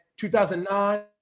2009